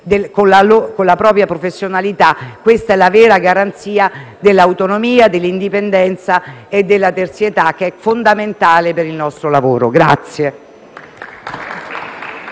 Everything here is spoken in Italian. con la propria professionalità è la vera garanzia dell'autonomia, dell'indipendenza e della terzietà, fondamentale per il nostro lavoro.